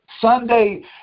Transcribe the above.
Sunday